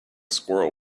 squirrel